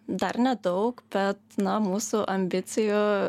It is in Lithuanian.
dar nedaug bet na mūsų ambicijų